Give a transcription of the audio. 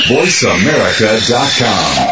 VoiceAmerica.com